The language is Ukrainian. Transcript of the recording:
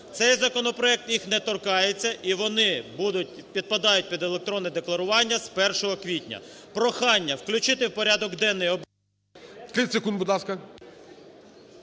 цей законопроект їх не торкається. І вони будуть, підпадають під електронне декларування з 1 квітня. Прохання, включити в порядок денний…